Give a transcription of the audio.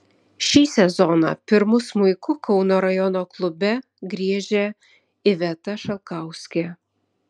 šį sezoną pirmu smuiku kauno rajono klube griežia iveta šalkauskė